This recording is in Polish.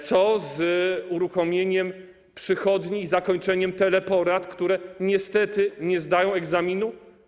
Co z uruchomieniem przychodni i zakończeniem teleporad, które niestety nie zdają egzaminu?